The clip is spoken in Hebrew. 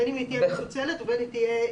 בין אם היא תהיה מפוצלת ובין אם לאו.